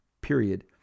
period